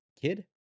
kid